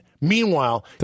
Meanwhile